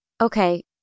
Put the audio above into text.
Okay